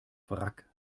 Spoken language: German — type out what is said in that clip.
wrack